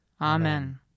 Amen